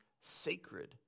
sacred